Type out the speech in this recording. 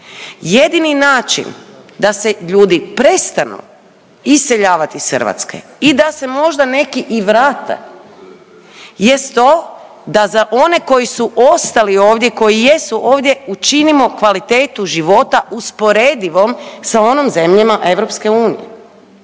Jedini način da se ljudi prestanu iseljavat iz Hrvatske i da se možda neki i vrate jest to da za one koji su ostali ovdje i koji jesu ovdje učinimo kvalitetu života usporedivom sa onom zemljama EU. I ako ćete